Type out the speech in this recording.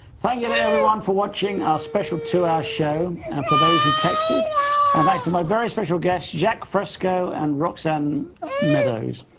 thank you to everyone for watching our special two hour show, and for those who texted and thanks to my very special guest jacque fresco and roxanne meadows,